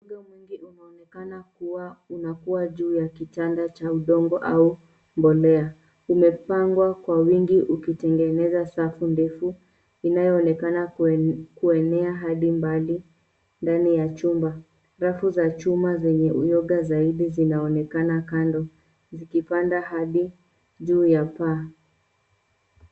Uyoga mwingi umeoneka kuwa unakua juu ya kitanda cha udongo au mbolea. Umepangwa kwa wingi ukitengeneza safu ndefu inayoonekana kuenea hadi mbali ndani ya chumba. Rafu za chuma zenye uyoga zaidi zinaonekana kando zikipanda hadi juu ya paa.